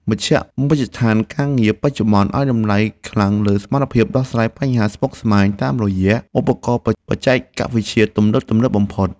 មជ្ឈដ្ឋានការងារបច្ចុប្បន្នឱ្យតម្លៃខ្លាំងលើសមត្ថភាពដោះស្រាយបញ្ហាស្មុគស្មាញតាមរយៈឧបករណ៍បច្ចេកវិទ្យាទំនើបៗបំផុត។